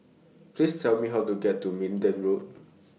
Please Tell Me How to get to Minden Road